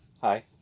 Hi